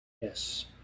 Yes